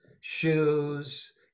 shoes